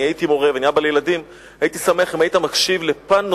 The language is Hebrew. אני הייתי מורה, ואני אבא לילדים.